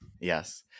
yes